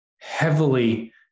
heavily